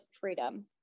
freedom